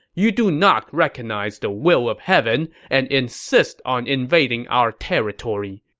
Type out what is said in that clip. you do not recognize the will of heaven and insist on invading our territory.